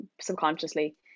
subconsciously